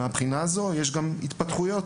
מהבחינה הזו, יש התפתחויות,